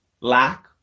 lack